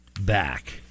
back